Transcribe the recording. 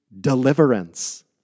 deliverance